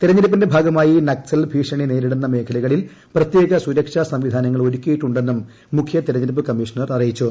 തെരഞ്ഞെടുപ്പിന്റെ ഭാഗമായി നക്സൽ ഭീഷണി നേരിടുന്ന മേഖലകളിൽ പ്രത്യേക സുരക്ഷാസംവിധാനങ്ങൾ ഒരുക്കിയിട്ടുണ്ടെന്നും മുഖ്യതെരഞ്ഞെടുപ്പ് കമ്മീഷണർ അറിയിച്ചു